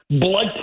blood